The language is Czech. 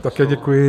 Také děkuji.